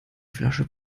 flasche